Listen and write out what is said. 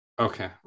Okay